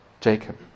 Jacob